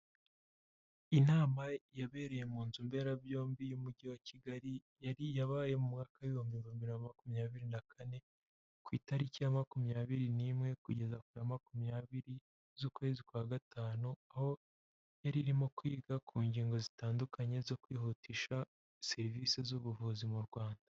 Inama yabereye mu nzu mberabyombi y'umujyi wa Kigali yari yabaye mu waka w'ibihumbi bibiri na makumyabiri na kane, ku itariki ya makumyabiri n'imwe kugeza ku ya makumyabiri z'ukwezi kwa gatanu, aho yari irimo kwiga ku ngingo zitandukanye zo kwihutisha serivisi z'ubuvuzi mu Rwanda.